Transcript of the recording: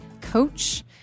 coach